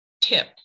tip